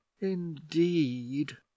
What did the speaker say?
Indeed